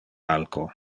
alco